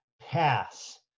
pass